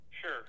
Sure